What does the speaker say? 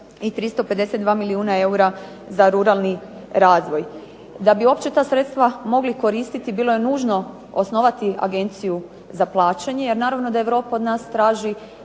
i 352 milijuna eura za ruralni razvoj. Da bi uopće ta sredstva mogli koristiti bilo je nužno osnovati Agenciju za plaćanje, jer normalno da Europa od nas traži